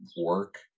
work